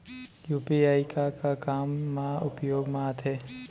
UPI का का काम मा उपयोग मा आथे?